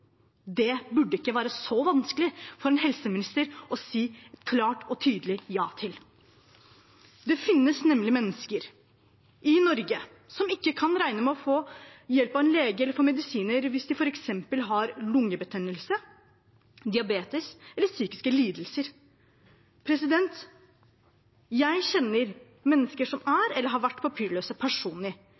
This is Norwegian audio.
si klart og tydelig ja til. Det finnes nemlig mennesker i Norge som ikke kan regne med å få hjelp av en lege eller få medisiner hvis de f.eks. har lungebetennelse, diabetes eller psykiske lidelser. Jeg kjenner personlig mennesker som er eller har vært